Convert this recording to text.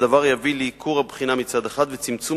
הדבר יביא לייקור הבחינה מצד אחד ולצמצום